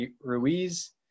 Ruiz